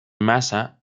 massa